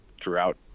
throughout